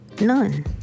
None